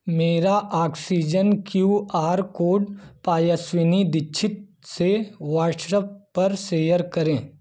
मेरा oxygen Q R code Payaswini Dixit से WhatsApp पर सेयर करें